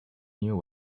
knew